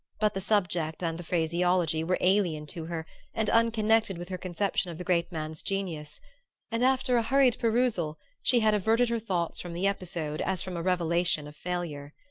but the subject and the phraseology were alien to her and unconnected with her conception of the great man's genius and after a hurried perusal she had averted her thoughts from the episode as from a revelation of failure.